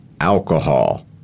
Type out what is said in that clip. alcohol